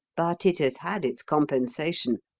but it has had its compensation.